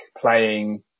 playing